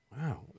Wow